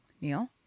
Neil